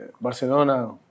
Barcelona